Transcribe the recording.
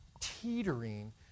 teetering